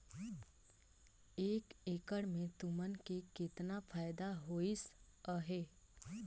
एक एकड़ मे तुमन के केतना फायदा होइस अहे